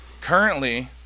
currently